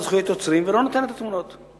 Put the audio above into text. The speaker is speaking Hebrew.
זכויות יוצרים ולא נותנת את התמונות.